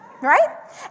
right